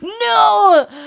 No